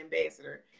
ambassador